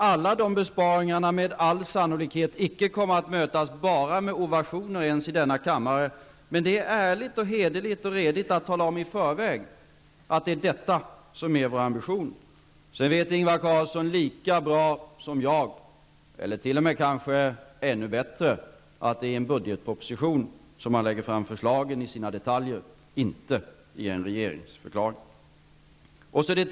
Alla dessa besparingar kommer med all sannolikhet inte att mötas med enbart ovationer ens i denna kammare. Men det är ärligt, hederligt och redigt att tala om i förväg att det är detta som är vår ambition. Ingvar Carlsson vet lika bra som jag, eller kanske ännu bättre, att det är i budgetpropositionen som förslagen läggs fram i sina detaljer, inte i en regeringsförklaring.